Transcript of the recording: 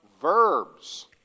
verbs